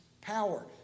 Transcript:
power